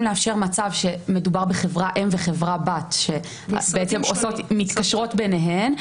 לאפשר מצב שמדובר בחברה אם וחברה בת שמתקשרות ביניהן,